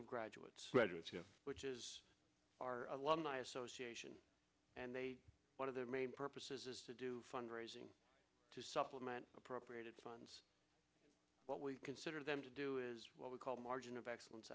graduates graduates which is our alumni association and they one of their main purpose is to do fund raising to supplement appropriated funds what we consider them to do is what we call the margin of excellence